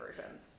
versions